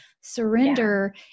surrender